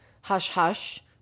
hush-hush